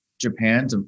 Japan